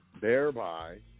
Thereby